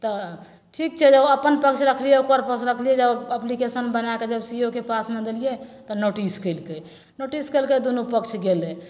तऽ ठीक छै जे ओ अपन पक्ष राखलिए ओकर पक्ष राखलिए जे एप्लिकेशन बनैके जे सी ओ के पासमे देलिए तऽ नोटिस केलकै नोटिस केलकै दुनू पक्ष गेलै